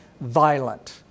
violent